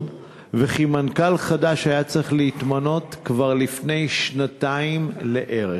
וכי מנכ"ל חדש היה צריך להתמנות כבר לפני שנתיים לערך.